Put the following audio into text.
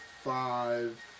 five